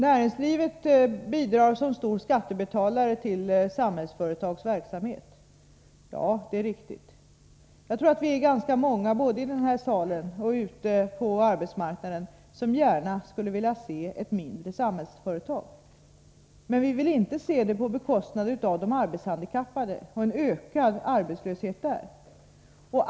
Näringslivet bidrar som stor skattebetalare till Samhällsföretags verksamhetja, det är riktigt. Jag tror att vi är ganska många, både i den här salen och ute på arbetsmarknaden, som gärna skulle vilja se ett mindre Samhällsföretag. Men vi vill inte se det på bekostnad av de arbetshandikappade och en ökad arbetslöshet bland dem.